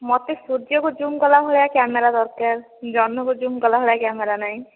ମୋତେ ସୂର୍ଯ୍ୟକୁ ଜୁମ୍ କଲା ଭଳିଆ କ୍ୟାମେରା ଦରକାର ଜହ୍ନକୁ ଜୁମ୍ କଲା ଭଳିଆ କ୍ୟାମେରା ନାଇଁ